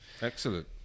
Excellent